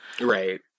right